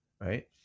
right